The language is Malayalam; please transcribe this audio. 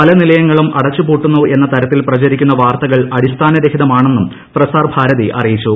പല നിലയങ്ങളും അടച്ചുപൂട്ടുന്നു എന്ന തരത്തിൽ പ്രചരിക്കുന്ന വാർത്തകൾ അടിസ്ഥാനരഹിതമാണെന്നും പ്രസാർഭാരതി അറിയിച്ചു